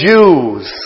Jews